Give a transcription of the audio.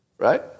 Right